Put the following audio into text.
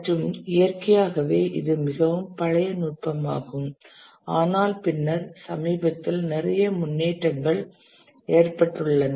மற்றும் இயற்கையாகவே இது மிகவும் பழைய நுட்பமாகும் ஆனால் பின்னர் சமீபத்தில் நிறைய முன்னேற்றங்கள் ஏற்பட்டுள்ளன